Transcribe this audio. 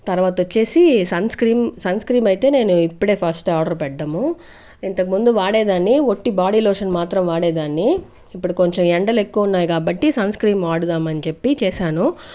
తర్వాత వచ్చేసి sunscreen sunscreen అయితే నేను ఇప్పుడే ఫస్ట్ ఆర్డర్ పెట్టడము ఇంతకుముందు వాడేదాన్ని వట్టి బాడీ లోషన్ మాత్రం వాడే దాన్ని ఇప్పుడు కొంచెం ఎండలు ఎక్కువ ఉన్నాయి కాబట్టి సన్ స్క్రీన్ వాడదాం అని చెప్పి చేశాను